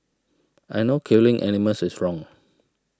I know killing animals is wrong